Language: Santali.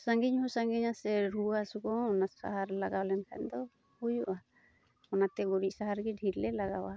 ᱥᱟᱺᱜᱤᱧ ᱦᱚᱸ ᱥᱟᱺᱜᱤᱧᱟ ᱥᱮ ᱨᱩᱣᱟᱹ ᱦᱟᱹᱥᱩᱠᱚ ᱦᱚᱸ ᱩᱱᱟᱹᱜ ᱥᱟᱦᱟᱨ ᱞᱟᱜᱟᱣ ᱞᱮᱱᱠᱷᱟᱱ ᱫᱚ ᱦᱩᱭᱩᱜᱼᱟ ᱚᱱᱟᱛᱮ ᱜᱩᱨᱤᱡ ᱥᱟᱦᱟᱨᱜᱮ ᱰᱷᱮᱨᱞᱮ ᱞᱟᱜᱟᱣᱟ